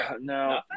no